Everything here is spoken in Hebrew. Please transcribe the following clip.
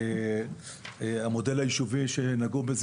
המודל היישובי שנגעו בו,